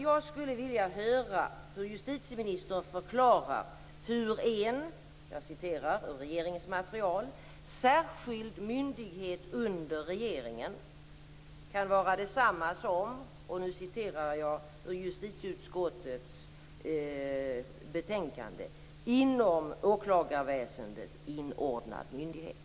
Jag skulle vilja höra hur justitieministern förklarar hur en, enligt regeringens material, särskild myndighet under regeringen kan vara detsamma som en, enligt justitieutskottets betänkande, inom åklagarväsendet inordnad myndighet.